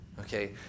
Okay